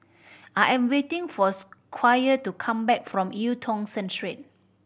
I am waiting for Squire to come back from Eu Tong Sen Street